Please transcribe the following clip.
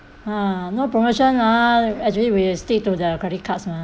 ha no promotion ah actually we will stick to their credit cards mah